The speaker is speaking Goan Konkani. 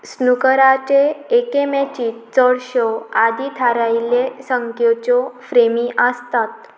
स्नुकराचे एकेमेची चडश्यो आदी थारायिल्ले संख्योच्यो फ्रेमी आसतात